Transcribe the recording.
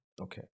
Okay